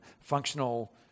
functional